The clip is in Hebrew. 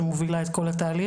שמובילה את כל התהליך.